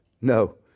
No